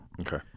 Okay